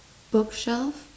bookshelf